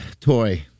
toy